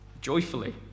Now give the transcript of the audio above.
joyfully